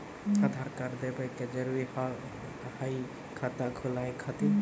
आधार कार्ड देवे के जरूरी हाव हई खाता खुलाए खातिर?